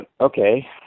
okay